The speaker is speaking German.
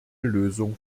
lösung